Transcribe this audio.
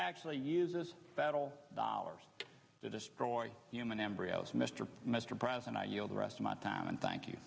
actually uses federal dollars to destroy human embryos mr mr president i yield the rest of my time and thank you